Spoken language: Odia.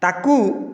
ତାକୁ